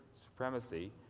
supremacy